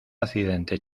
accidente